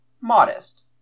modest